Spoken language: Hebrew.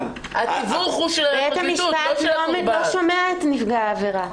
בית המשפט לא שומע את נפגע העבירה.